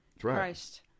Christ